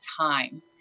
time